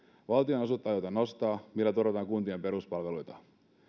valtionosuutta aiotaan nostaa millä turvataan kuntien peruspalveluita